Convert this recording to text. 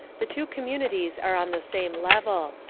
the two communities are on the same level.